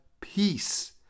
peace